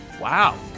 Wow